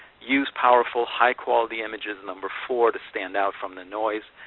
use powerful, high quality images, number four, to stand out from the noise.